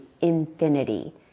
infinity